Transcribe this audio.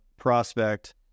prospect